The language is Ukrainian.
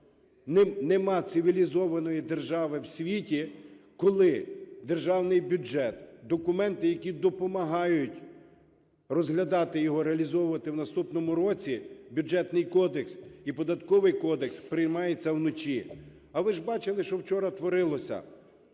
Нема цивілізованої держави в світі, коли державний бюджет, документи, які допомагають розглядати його, реалізовувати його в наступному році, Бюджетний кодекс і Податковий кодекс, приймається вночі. А ви ж бачили, що вчора творилося?